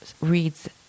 reads